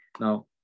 Now